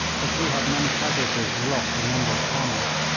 but he had many casualties, and lost a number of camels.